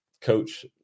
coach